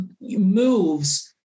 moves